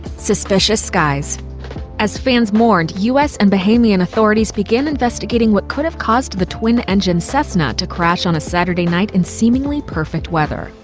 suspicious skies as fans mourned, u s. and bahamian authorities began investigating what could have caused the twin-engine cessna to crash on a saturday night in seemingly perfect weather.